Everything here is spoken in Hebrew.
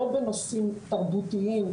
לא בנושאים תרבותיים,